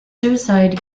suicide